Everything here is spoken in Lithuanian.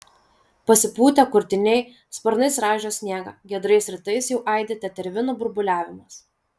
pasipūtę kurtiniai sparnais raižo sniegą giedrais rytais jau aidi tetervinų burbuliavimas